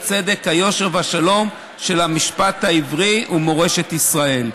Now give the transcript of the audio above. הצדק, היושר והשלום של המשפט העברי ומורשת ישראל.